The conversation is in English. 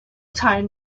time